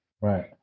right